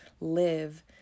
live